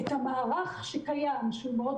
מורידים ומצמצמים את המערך שקיים שהוא מאוד